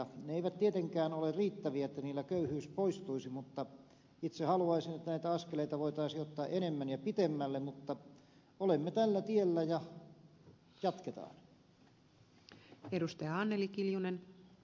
ne eivät tietenkään ole riittäviä että niillä köyhyys poistuisi mutta itse haluaisin että näitä askeleita voitaisiin ottaa enemmän ja pitemmälle mutta olemme tällä tiellä ja jatketaan